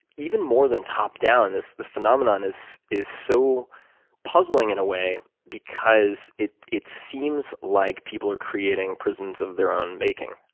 even more than top down, the phenomenon is is so puzzling, in a way, because it it seems like people are creating prisons of their own making.